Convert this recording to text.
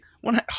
One